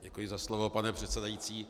Děkuji za slovo, pane předsedající.